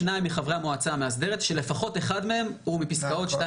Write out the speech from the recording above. שניים מחברי המועצה המאסדרת שלפחות אחד מהם הוא מפסקאות 2 ,